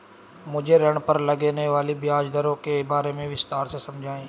मुझे ऋण पर लगने वाली ब्याज दरों के बारे में विस्तार से समझाएं